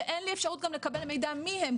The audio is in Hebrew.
שאין לי אפשרות גם לקבל מידע מי הם,